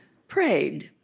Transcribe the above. prayed,